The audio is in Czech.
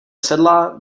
sedla